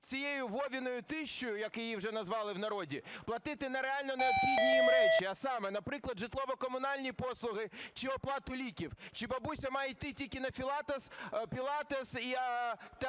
цією "Вовиною тисячею", як її вже назвали в народі, платити на реально необхідні їм речі, а саме, наприклад, житлово-комунальні послуги чи оплату ліків? Чи бабуся має йти тільки на пілатес та